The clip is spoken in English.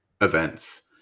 events